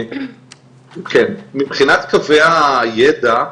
מבחינת קווי הידע,